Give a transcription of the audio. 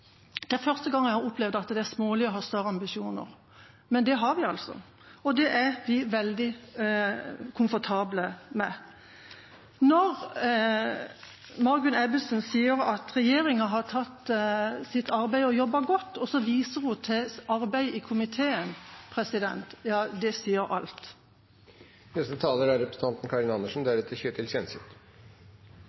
Det er første gang jeg har opplevd at det er smålig å ha større ambisjoner. Men det har vi, og det er vi veldig komfortable med. Når Margunn Ebbesen sier at regjeringa har tatt sitt arbeid og jobbet godt og så viser til arbeidet i komiteen, ja, det sier alt.